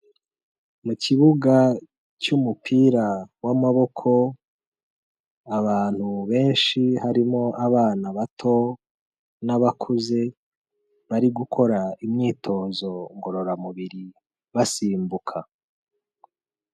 Mu kibuga cy'umupira w'amaboko, abantu benshi harimo abana bato n'abakuze, bari gukora imyitozo ngororamubiri basimbuka.